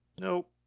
Nope